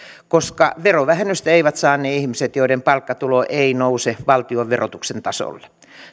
koska verovähennystä eivät saa ne ihmiset joiden palkkatulo ei nouse valtionverotuksen tasolle